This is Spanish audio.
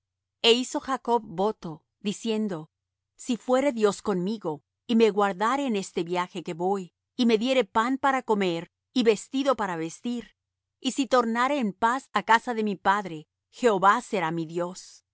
e hizo jacob voto diciendo si fuere dios conmigo y me guardare en este viaje que voy y me diere pan para comer y vestido para vestir y si tornare en paz á casa de mi padre jehová será mi dios